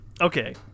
okay